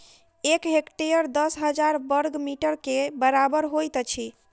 एक हेक्टेयर दस हजार बर्ग मीटर के बराबर होइत अछि